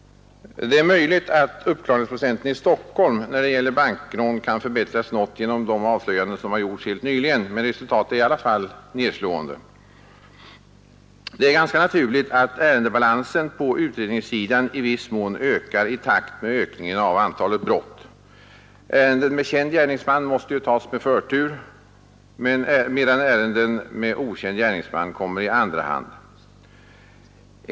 Det är möjligt att uppklaringsprocenten i Stockholm när det gäller bankrån kan förbättras något genom de avslöjanden som gjorts helt nyligen. Men resultatet är i alla fall nedslående. Det är ganska naturligt att ärendebalansen på utredningssidan i viss mån ökar i takt med ökningen av antalet brott. Ärenden med känd gärningsman måste tas med förtur, medan ärenden med okänd gärningsman kommer i andra hand.